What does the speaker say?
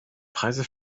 preise